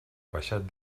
peixet